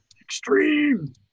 extreme